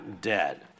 dead